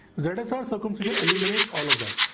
there is also complicated eliminates all of that.